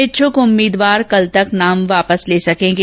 इच्छुक उम्मीदवार कल तक नाम वापस ले सकेंगे